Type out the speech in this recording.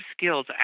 skills